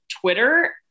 Twitter